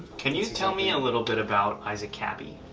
can you tell me a little bit about isaac kappy,